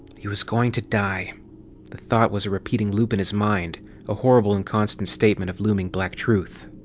he was going to die. the thought was a repeating loop in his mind a horrible and constant statement of looming black truth.